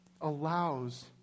allows